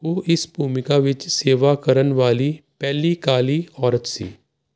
ਉਹ ਇਸ ਭੂਮਿਕਾ ਵਿੱਚ ਸੇਵਾ ਕਰਨ ਵਾਲੀ ਪਹਿਲੀ ਕਾਲੀ ਔਰਤ ਸੀ